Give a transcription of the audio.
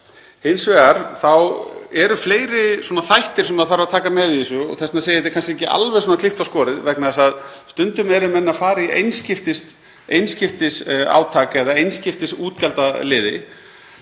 Hins vegar eru fleiri þættir sem maður þarf að taka með í þessu og þess vegna segi ég að þetta sé kannski ekki alveg svona klippt og skorið vegna þess að stundum eru menn að fara í einskiptisátak eða einskiptisútgjaldaliði